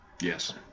Yes